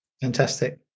Fantastic